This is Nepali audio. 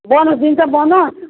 बोनस दिन्छ बोनस